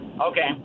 Okay